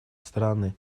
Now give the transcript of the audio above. страны